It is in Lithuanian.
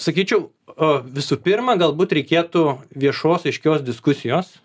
sakyčiau o visų pirma galbūt reikėtų viešos aiškios diskusijos